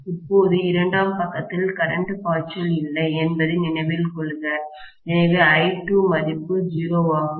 இப்போது இரண்டாம் பக்கத்தில் கரண்ட் பாய்ச்சல் இல்லை என்பதை நினைவில் கொள்க எனவே I2 மதிப்பு 0 ஆகும்